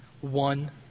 one